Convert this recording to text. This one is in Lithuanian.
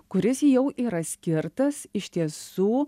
kuris jau yra skirtas iš tiesų